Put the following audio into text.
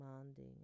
demanding